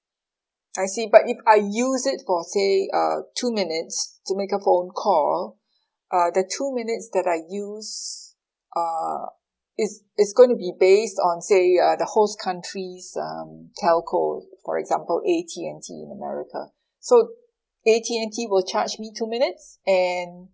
I see but if I use it for say uh two minutes to make a phone call uh the two minutes that I used uh it's it's gonna be based on say uh the host country's um telco for example A_T and T in america so A_T and T will charge me two minutes and